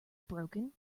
broken